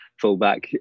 fullback